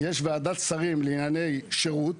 יש ועדת שרים לענייני שירות,